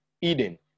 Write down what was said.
Eden